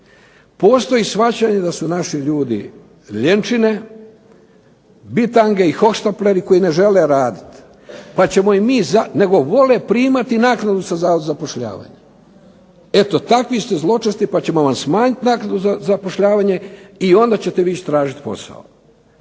postoji shvaćanje da su naši ljudi ljenčine i bitange i hohštapleri koji ne žele raditi, nego vole primati naknadu sa Zavoda za zapošljavanje. Eto takvi ste zločesti pa ćemo vam smanjiti naknadu za zapošljavanje i onda ćete vi ići tražiti posao,